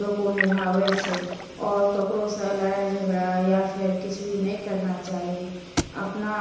लोक ओ निभावै छै आओर ककरोसँ लड़ाइ झगड़ा या फिर किछु भी नहि करना चाही अपना